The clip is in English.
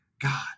God